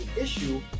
issue